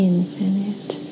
Infinite